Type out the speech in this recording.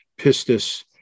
pistis